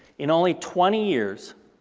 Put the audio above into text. in only twenty years,